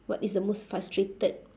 what is the most frustrated